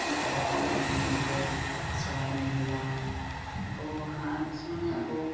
ঘৰখন আমি সেনেকৈ চলাই মেলি যাওঁ আকৌ হাঁহ কিছুমানে আকৌ